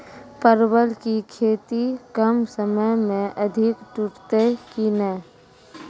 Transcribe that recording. परवल की खेती कम समय मे अधिक टूटते की ने?